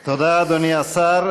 תודה, אדוני השר.